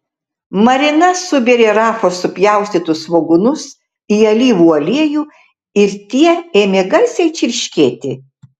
marina subėrė rafos supjaustytus svogūnus į alyvų aliejų ir tie ėmė garsiai čirškėti